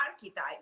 archetype